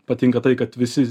patinka tai kad visi